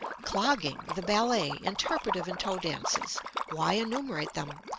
clogging, the ballet, interpretive and toe dances why enumerate them.